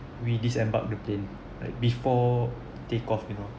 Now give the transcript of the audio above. we disembarked the plane like before take off you know